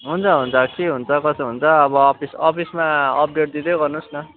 हुन्छ हुन्छ अब के हुन्छ कसो हुन्छ अब अफिस अफिसमा अपडेट दिँदै गर्नुहोस् न